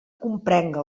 comprenga